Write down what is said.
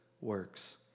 works